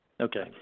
Okay